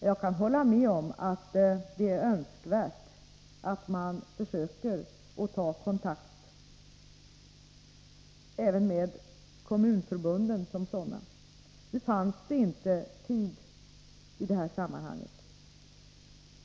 Jag kan hålla med om att det är önskvärt att man försöker ta kontakt även med kommunförbunden som sådana. Nu fanns det inte tid i det här sammanhanget.